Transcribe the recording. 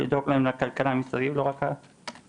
צריך לדאוג להם לכלכלה מסביב וכמובן,